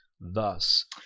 thus